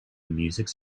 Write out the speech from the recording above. music